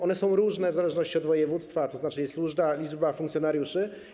One są różne w zależności od województwa, tzn. jest różna liczba funkcjonariuszy.